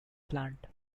plant